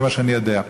זה מה שאני יודע.